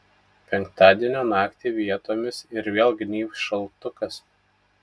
penktadienio naktį vietomis ir vėl gnybs šaltukas